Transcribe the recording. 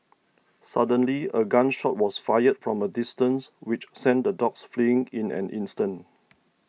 suddenly a gun shot was fired from a distance which sent the dogs fleeing in an instant